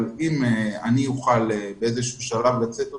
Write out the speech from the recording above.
אבל אם אוכל באיזשהו שלב לצאת קודם,